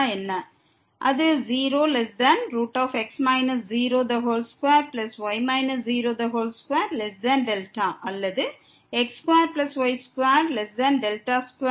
எனவே இந்த 0 0 ன் நெய்பர்ஹுட் அல்லது 0 0 ன் நெய்பர்ஹுட் δ அது என்ன